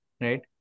right